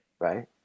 right